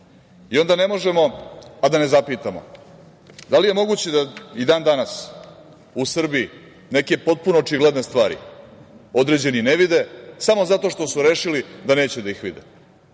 I onda ne možemo a da ne zapitamo – da li je moguće i dan danas u Srbiji neke potpuno očigledne stvari određeni ne vide samo zato što su rešili da neće da ih vide?